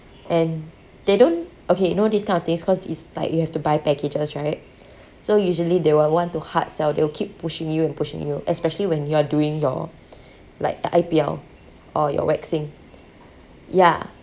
and they don't okay you know this kind of things cause it's like you have to buy packages right so usually they will want to hard sell they will keep pushing you and pushing you especially when you're doing your like I_P_L or your waxing ya